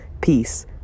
peace